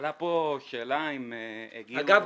נשאלה פה שאלה האם הגיעו --- אגב,